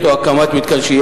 הרשות המקומית,